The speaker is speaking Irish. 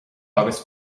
agus